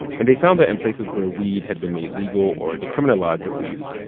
and they found that in places where weed had been made legal or decriminalized at least,